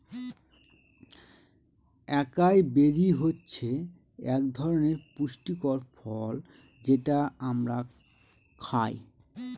একাই বেরি হচ্ছে এক ধরনের পুষ্টিকর ফল যেটা আমরা খায়